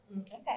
Okay